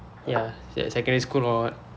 ya secondary school or what